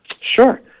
Sure